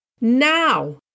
Now